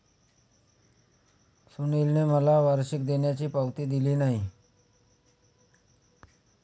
सुनीलने मला वार्षिक देयाची पावती दिली नाही